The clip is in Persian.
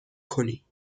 کنی